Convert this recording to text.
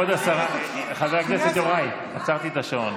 כבוד השרה, חבר הכנסת יוראי, עצרתי את השעון.